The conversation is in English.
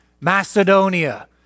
Macedonia